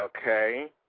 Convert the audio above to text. Okay